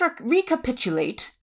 recapitulate